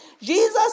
Jesus